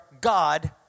God